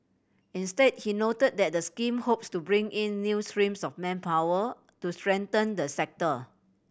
instead he noted that the scheme hopes to bring in new streams of manpower to strengthen the sector